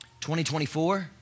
2024